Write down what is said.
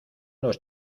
los